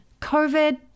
covid